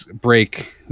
break